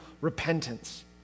repentance